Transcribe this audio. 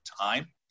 time